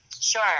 Sure